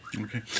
Okay